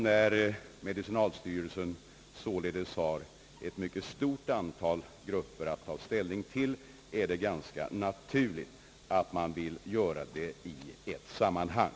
När medicinalstyrelsen således har ett mycket stort antal grupper att ta ställning till, är det ganska naturligt att man vill pröva dessa frågor i ett sammanhang.